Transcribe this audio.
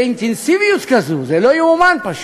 באינטנסיביות כזו, זה לא ייאמן פשוט.